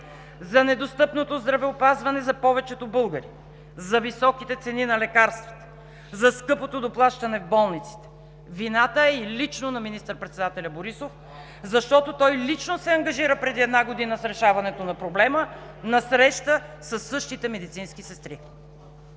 за недостъпното здравеопазване за повечето българи, за високите цени на лекарствата, за скъпото доплащане в болниците. Вината е и лично на министър-председателя Борисов, защото той лично се ангажира преди една година с решаването на проблема на среща със същите медицински сестри.